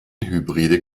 hybride